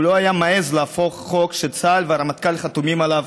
הוא לא היה מעז להפוך חוק שצה"ל והרמטכ"ל חתומים עליו